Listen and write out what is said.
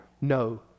no